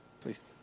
Please